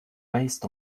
based